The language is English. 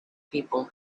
people